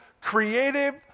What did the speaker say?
creative